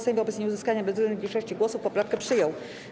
Sejm wobec nieuzyskania bezwzględnej większości głosów poprawkę przyjął.